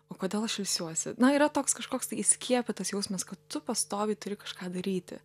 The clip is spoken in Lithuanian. o kodėl aš ilsiuosi na yra toks kažkoks tai įskiepytas jausmas kad tu pastoviai turi kažką daryti